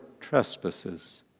trespasses